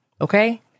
Okay